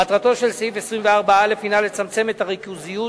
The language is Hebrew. מטרתו של סעיף 24א הינה לצמצם את הריכוזיות